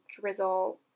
drizzle